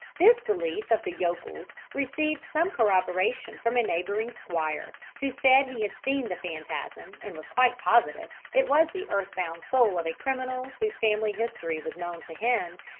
this belief of the yokels received some corroboration from a neighbouring squire, who said he had seen the phantasm, and was quite positive it was the earth-bound soul of a criminal whose family history was known to him,